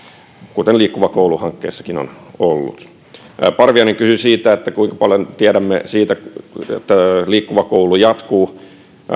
kuten liikkuva koulu hankkeessakin on ollut parviainen kysyi siitä kuinka paljon tiedämme siitä että liikkuva koulu jatkuu